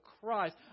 Christ